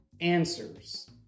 answers